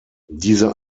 diese